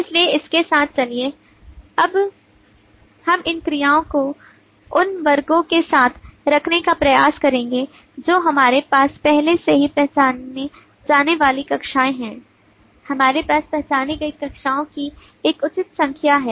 इसलिए इसके साथ चलिए अब हम इन क्रियाओं को उन वर्गों के साथ रखने का प्रयास करते हैं जो हमारे पास पहले से ही पहचानी जाने वाली कक्षाएं हैं हमारे पास पहचानी गई कक्षाओं की एक उचित संख्या है